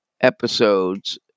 episodes